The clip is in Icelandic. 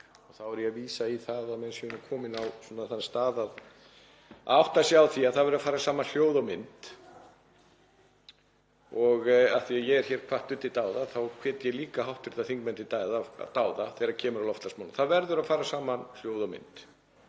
Þá er ég að vísa í það að menn séu komnir á þann stað að átta sig á því að það verði að fara saman hljóð og mynd. Og af því að ég er hér hvattur til dáða þá hvet ég líka hv. þingmenn til dáða þegar kemur að loftslagsmálum. Það verður að fara saman hljóð og mynd.